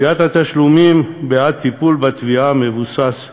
גביית התשלומים בעד טיפול בתביעה מבוססת